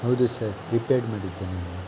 ಹೌದು sir prepaid ಮಾಡಿದ್ದೆ ನಾನು